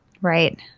Right